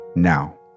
Now